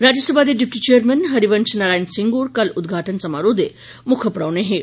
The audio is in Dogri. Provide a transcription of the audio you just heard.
राज्यसभा दे डिप्टी चेयरमैन हरिवंश नारायण सिंह होर कल उद्घाटन समारोह दे मुक्ख परौहने हे